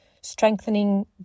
strengthening